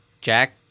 Jack